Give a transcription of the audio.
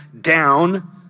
down